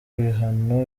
ibihano